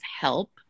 help